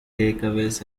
takeaways